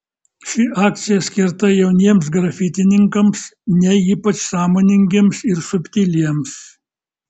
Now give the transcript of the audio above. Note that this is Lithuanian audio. ši akcija skirta jauniems grafitininkams ne ypač sąmoningiems ir subtiliems